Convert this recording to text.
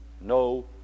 no